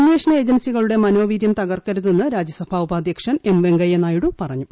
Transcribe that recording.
അന്വേഷണ ഏജൻസികളുടെ മാനോവീര്യം തകർക്കരുതെന്ന് രാജ്യസഭാ ഉപാധ്യക്ഷൻ എം വെങ്കയ്യ നായിഡു പറഞ്ഞു